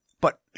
But